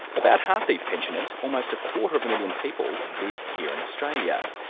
about half these pensioners, almost a quarter of a million people, live here in australia.